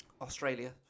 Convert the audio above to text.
Australia